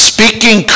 Speaking